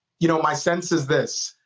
you know, my sense is this.